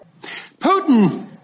Putin